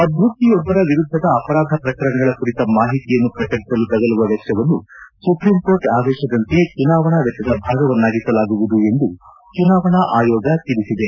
ಅಭ್ಯರ್ಥಿಯೊಬ್ಬರ ವಿರುದ್ದದ ಅಪರಾಧ ಪ್ರಕರಣಗಳ ಕುರಿತ ಮಾಹಿತಿಯನ್ನು ಪ್ರಕಟಿಸಲು ತಗಲುವ ವೆಚ್ಚವನ್ನು ಸುಪ್ರೀಂ ಕೋರ್ಟ್ ಆದೇಶದಂತೆ ಚುನಾವಣಾ ವೆಚ್ಚದ ಭಾಗವನ್ನಾಗಿಸಲಾಗುವುದು ಎಂದು ಚುನಾವಣಾ ಆಯೋಗ ತಿಳಿಸಿದೆ